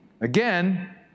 again